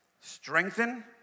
Strengthen